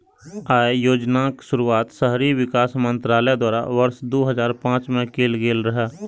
अय योजनाक शुरुआत शहरी विकास मंत्रालय द्वारा वर्ष दू हजार पांच मे कैल गेल रहै